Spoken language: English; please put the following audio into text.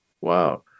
wow